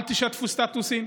אל תשתפו סטטוסים,